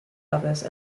office